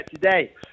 today